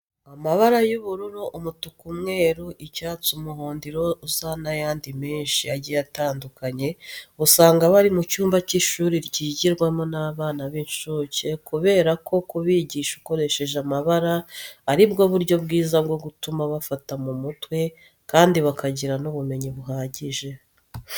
Amabara y'ubururu, umutuku, umweru, icyatsi, umuhondo, iroze n'ayandi menshi agiye atandukanye, usanga aba ari mu cyumba cy'ishuri ryigirwamo n'abana b'incuke kubera ko kubigisha ukoresheje amabara ari bwo buryo bwiza bwo gutuma bafata mu mutwe kandi bakagira n'ubumenyi buhagije.